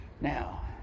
Now